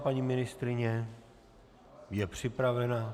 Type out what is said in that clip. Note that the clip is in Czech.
Paní ministryně je připravena.